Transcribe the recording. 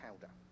powder